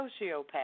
sociopath